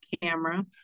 camera